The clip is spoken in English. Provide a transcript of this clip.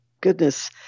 goodness